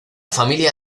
familia